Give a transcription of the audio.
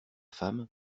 femme